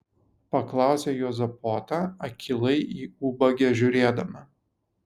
paklausė juozapota akylai į ubagę žiūrėdama